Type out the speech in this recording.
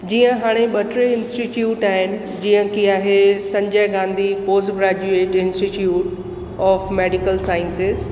जीअं हाणे ॿ टे इंस्टिट्यूट आहिनि जीअं कि आहे Sanjay Gandhi post graduate institute of medical science